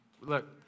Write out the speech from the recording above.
Look